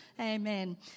Amen